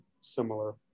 similar